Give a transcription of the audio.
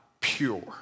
pure